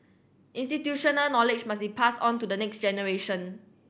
institutional knowledge must it passed on to the next generation